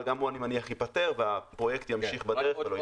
אבל הוא אני מניח שהוא ייפתר והפרויקט ימשיך בדרך שלו.